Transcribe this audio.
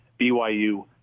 BYU